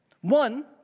One